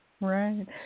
Right